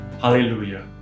Hallelujah